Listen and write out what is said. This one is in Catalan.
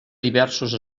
diversos